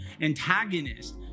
antagonist